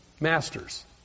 masters